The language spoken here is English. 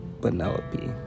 Penelope